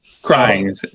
Crying